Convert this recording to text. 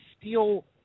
steel